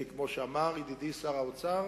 כי כמו שאמר ידידי שר האוצר,